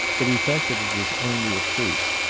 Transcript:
but he felt that it was only a truce,